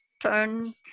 turn